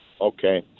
okay